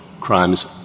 crimes